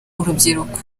urubyiruko